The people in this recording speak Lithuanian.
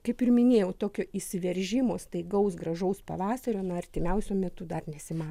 kaip ir minėjau tokio įsiveržimo staigaus gražaus pavasario na artimiausiu metu dar nesima